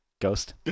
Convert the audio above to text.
Ghost